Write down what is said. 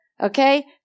Okay